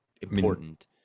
important